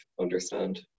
understand